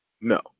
No